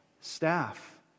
staff